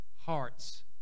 hearts